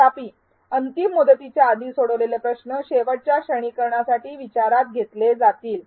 तथापि अंतिम मुदतीच्या आधी सोडवलेले प्रश्न शेवटच्या श्रेणीकरणासाठी विचारात घेतले जातील